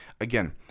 again